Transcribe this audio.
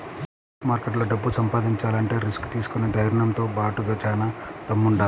stock మార్కెట్లో డబ్బు సంపాదించాలంటే రిస్క్ తీసుకునే ధైర్నంతో బాటుగా చానా దమ్ముండాలి